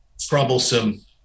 troublesome